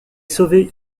sauvé